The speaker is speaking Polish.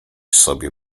sobie